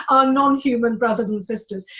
our non-human brothers and sisters.